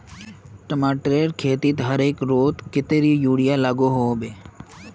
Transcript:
टमाटरेर खेतीत हर एकड़ोत कतेरी यूरिया लागोहो होबे?